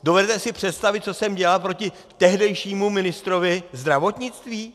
Dovedete si představit, co jsem dělal proti tehdejšímu ministrovi zdravotnictví?